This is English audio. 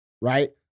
right